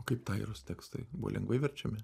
kaip tairos tekstai buvo lengvai verčiami